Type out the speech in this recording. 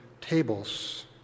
tables